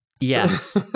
Yes